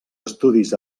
estudis